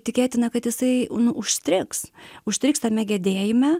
tikėtina kad jisai užstrigs užstrigs tame gedėjime